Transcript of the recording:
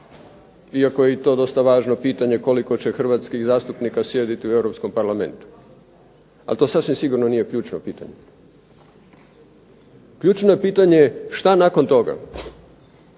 iako je i to dosta važno pitanje koliko će hrvatskih zastupnika sjediti u Europskom parlamentu, al to sasvim sigurno nije ključno pitanje. Ključno je pitanje šta nakon toga,